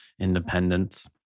independence